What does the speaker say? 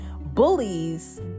Bullies